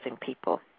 people